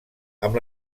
amb